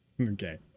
Okay